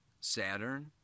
Saturn